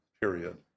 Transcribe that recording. period